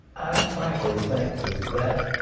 i frankly think that that